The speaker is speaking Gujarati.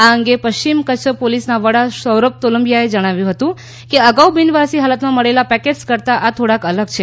આ અંગે પશ્ચિમ કચ્છ પોલીસના વડા સૌરભ તોલંબિયાએ જણાવ્યું હતું કે અગાઉ બિનવારસી હાલતમાં મળેલા પેકેટ્સ કરતાં આ થોડાક અલગ છે